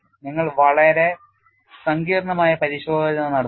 നിങ്ങൾ വളരെ സങ്കീർണ്ണമായ പരിശോധന നടത്തുന്നു